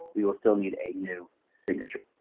we will still need a new signature.